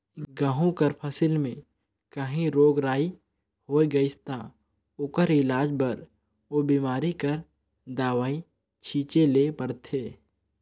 गहूँ कर फसिल में काहीं रोग राई होए गइस ता ओकर इलाज बर ओ बेमारी कर दवई छींचे ले परथे